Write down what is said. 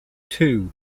two